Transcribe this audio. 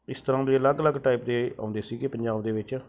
ਇਸ ਤਰ੍ਹਾਂ ਦੇ ਅਲੱਗ ਅਲੱਗ ਟਾਈਪ ਦੇ ਆਉਂਦੇ ਸੀਗੇ ਪੰਜਾਬ ਦੇ ਵਿੱਚ